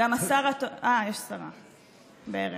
גם השר התורן, אה, יש שרה, בערך.